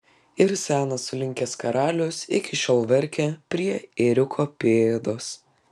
ir senas sulinkęs karalius iki šiol verkia prie ėriuko pėdos